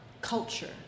culture